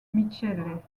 michele